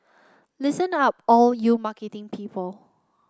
listened up all you marketing people